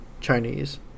Chinese